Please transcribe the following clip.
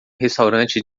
restaurante